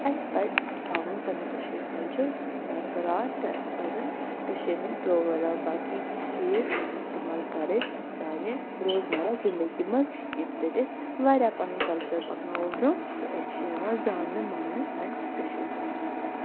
اَسہِ پَزِ تھاوُن پَنُن کٔشیٖر کَلچر برقرار تہٕ اَسہِ پَزَن کٔشیٖرِ ہُنٛد پروؤرٕب باقی چیٖز اِستعمال کَرٕنۍ سانہِ روزمَرہ زِندگی منٛز ییٚمہِ سۭتۍ أسۍ واریاہ پَنُن کَلچر پَکناوو برونٛہہ تہٕ أسۍ چھِ یِوان زاننہٕ ماننہٕ سانہِ کٔشیٖرِ زَبانہِ سۭتۍ